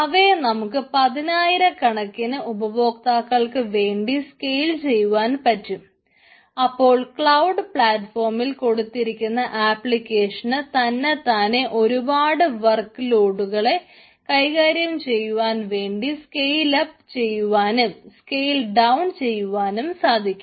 അവയെ നമുക്ക് പതിനായിരക്കണക്കിന് ഉപഭോക്താക്കൾക്ക് വേണ്ടി സ്കെയിൽ ചെയ്യുവാനും സാധിക്കും